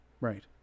Right